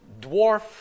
dwarf